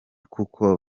kuko